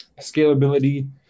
scalability